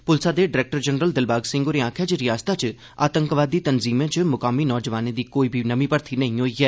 पुलसा दे director general Dilbagh Singh होरें आखेआ ऐ जे रिआसता च आतंकवादी तनज़ीमें च मुकामी नौजवानें दी कोई बी नमीं मर्थी नेई होई ऐ